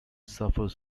suffers